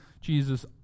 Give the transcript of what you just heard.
Jesus